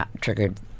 triggered